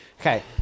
Okay